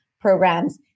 programs